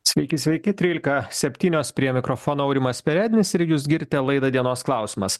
sveiki sveiki trylika septynios prie mikrofono aurimas perednis ir jūs girdite laidą dienos klausimas